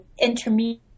intermediate